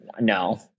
No